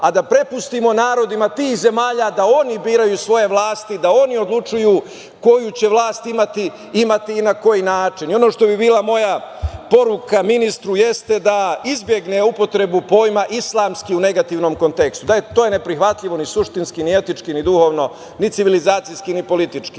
a da prepustimo narodima tih zemalja da oni biraju svoje vlasti, da oni odlučuju koju će vlast imati i na koji način. Ono što bi bila moja poruka ministru jeste da izbegne upotrebu pojma – islamski u negativnom kontekstu. To je neprihvatljivo ni suštinski, ni etički, ni duhovno, ni civilizacijski, ni politički.